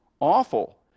awful